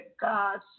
God